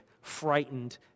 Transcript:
frightened